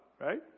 right